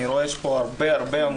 אני רואה שיש פה הרבה עמודים.